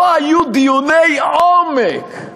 לא היו דיוני עומק.